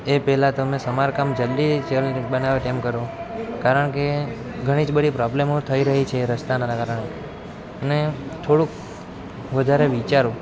એ પહેલાં તમે સમારકામ જલ્દીથી જલ્દ બનાવે તેમ કરો કારણ કે ઘણી જ બધી પ્રોબ્લેમો થઈ રહી છે રસ્તાના કારણે અને થોડુંક વધારે વિચારો